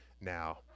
now